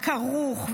כרוך,